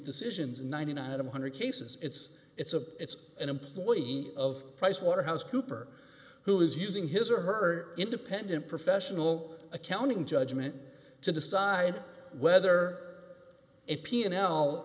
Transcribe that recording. decisions and ninety nine out of hundred cases it's it's a it's an employee of price waterhouse cooper who is using his or her independent professional accounting judgment to decide whether a p and